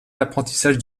l’apprentissage